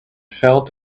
felt